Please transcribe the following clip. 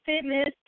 fitness